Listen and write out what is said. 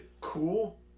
cool